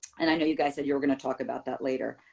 and i know you guys said you were going to talk about that later.